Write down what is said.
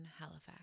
Halifax